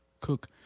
cook